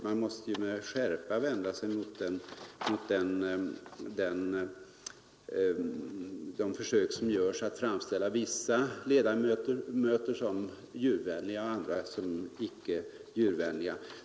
Man måste med skärpa vända sig mot de försök som görs att framställa vissa ledamöter som djurvänliga och andra som icke djurvänliga.